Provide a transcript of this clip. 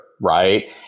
right